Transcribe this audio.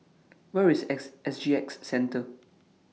Where IS S S G X Centre